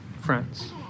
friends